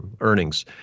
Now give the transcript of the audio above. earnings